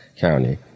county